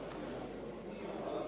Hvala.